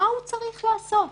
מה הוא צריך לעשות?